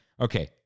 Okay